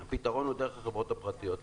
הפתרון הוא דרך החברות הפרטיות.